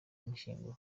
kumushyingura